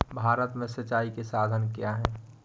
भारत में सिंचाई के साधन क्या है?